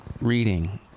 reading